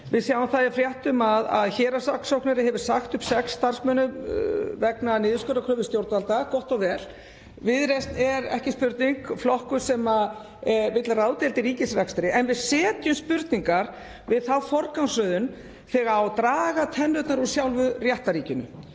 Við sjáum það í fréttum að héraðssaksóknari hefur sagt upp sex starfsmönnum vegna niðurskurðarkröfu stjórnvalda. Gott og vel. Viðreisn er, ekki spurning, flokkur sem vill ráðdeild í ríkisrekstri en við setjum spurningar við þá forgangsröðun þegar á að draga tennurnar úr sjálfu réttarríkinu